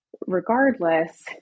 regardless